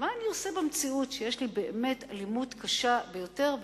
אבל מה אני עושה במציאות שבה יש לי באמת אלימות קשה ביותר,